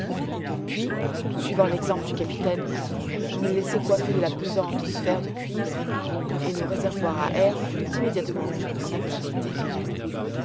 puis suivant l'exemple du capitaine je me laissai coiffer de la pesante sphère de cuivre et nos réservoirs a air furent immédiatement mis en activité